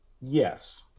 yes